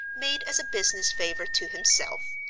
made as a business favour to himself,